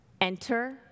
Enter